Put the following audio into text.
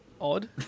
odd